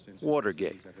Watergate